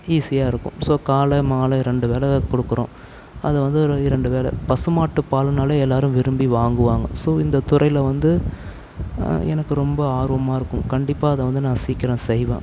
ஈசியாக இருக்கும் ஸோ காலை மாலை ரெண்டு வேளை கொடுக்குறோம் அதை வந்து இரண்டு வேளை பசுமாட்டுப் பாலுனாலே எல்லோரும் விரும்பி வாங்குவாங்க ஸோ இந்தத் துறையில் வந்து எனக்கு ரொம்ப ஆர்வமாக இருக்கும் கண்டிப்பாக அதை வந்து நான் சீக்கிரம் செய்வேன்